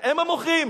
הם המוחים?